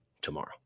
tomorrow